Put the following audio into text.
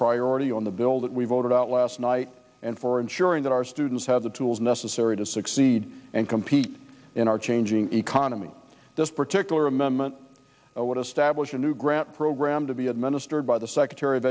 priority on the bill that we voted out last night and for ensuring that our students have the tools necessary to succeed and compete in our changing economy this particular amendment what establish a new grant program to be administered by the secretary of